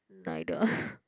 neither